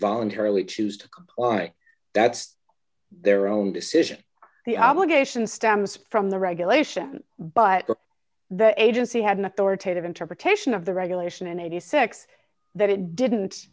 voluntarily choose to say that's their own decision the obligation stems from the regulation but the agency had an authoritative interpretation of the regulation in eighty six that it didn't